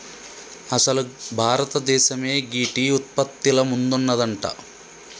అసలు భారతదేసమే గీ టీ ఉత్పత్తిల ముందున్నదంట